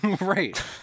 right